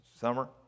summer